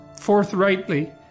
forthrightly